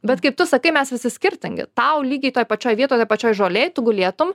bet kaip tu sakai mes visi skirtingi tau lygiai toj pačioj vietoj toj pačioj žolėj tu gulėtum